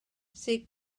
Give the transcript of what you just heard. sydd